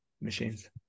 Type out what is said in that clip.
machines